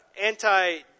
Anti